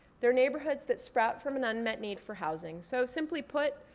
their neighborhoods that sprout from an unmet need for housing. so simply put,